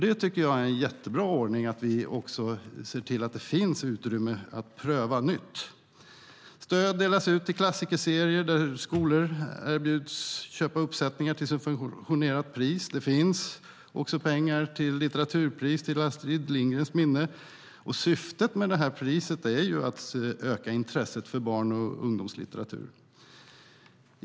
Det tycker jag är en jättebra ordning, att vi också ser till att det finns utrymme för att pröva nytt. Stöd delas ut till klassikerserier, där skolor erbjuds att köpa uppsättningar till subventionerat pris. Det finns också pengar till Litteraturpriset till Astrid Lindgrens minne. Syftet med det priset är ju att öka intresset för barn och ungdomslitteratur.